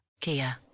Kia